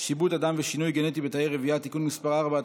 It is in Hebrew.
(שיבוט אדם ושינוי גנטי בתאי רבייה) (תיקון מס' 4),